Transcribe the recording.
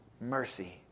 mercy